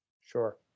Sure